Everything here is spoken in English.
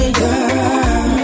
girl